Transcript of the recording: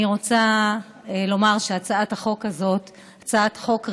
אני רוצה לומר שהצעת החוק הזאת היא הצעת חוק ראויה,